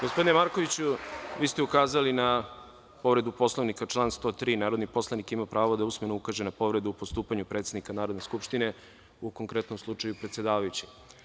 Gospodine Markoviću, vi ste ukazali na povredu Poslovnika član 103. - narodni poslanik ima pravo da usmeno ukaže na povredu u postupanju predsednika Narodne skupštine, u konkretnom slučaju predsedavajućeg.